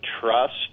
trust